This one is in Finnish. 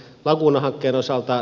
laguna hankkeen osalta